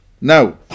Now